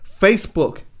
Facebook